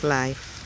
life